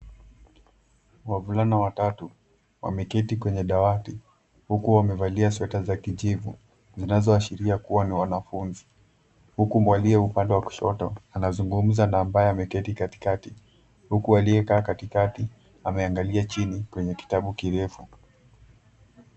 Wavulana watatu wameketi kwenye dawati huku wamevalia sweta za kijivu, zinazoashiria kuwa ni wanafunzi. Huku aliye upande wa kushoto anazungumza na ambaye ameketi katikati. Huku aliyekaa katikati ameangalia chini kwenye kitabu kirefu.